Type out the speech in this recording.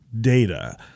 Data